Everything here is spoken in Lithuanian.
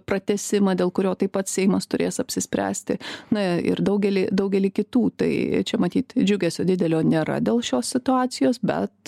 pratęsimą dėl kurio taip pat seimas turės apsispręsti na ir daugelį daugelį kitų tai čia matyt džiugesio didelio nėra dėl šios situacijos bet